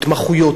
התמחויות,